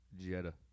Jetta